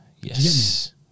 Yes